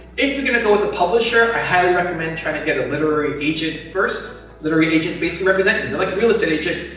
if you're going to go with a publisher, i highly recommend trying to get a literary agent first. literary agents basically represent you. and they're like a real estate agent,